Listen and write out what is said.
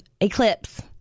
Eclipse